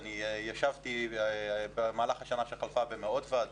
אני ישבתי במהלך השנה שחלפה במאות ועדות,